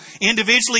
individually